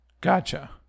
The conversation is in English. Gotcha